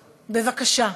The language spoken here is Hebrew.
בבקשה,